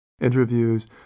interviews